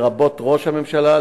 לרבות ראש הממשלה,